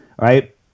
right